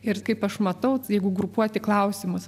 ir kaip aš matau jeigu grupuoti klausimus